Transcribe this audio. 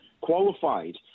qualified